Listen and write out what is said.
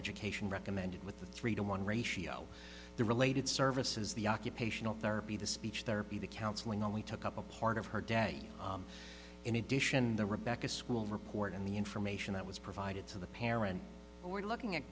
education recommended with the three to one ratio the related services the occupational therapy the speech therapy the counseling only took up a part of her day in addition the rebecca school report in the information that was provided to the parent we're looking at